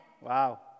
Wow